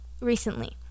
recently